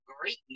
greatness